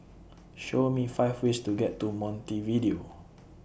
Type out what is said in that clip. Show Me five ways to get to Montevideo